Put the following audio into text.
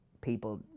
people